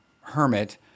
hermit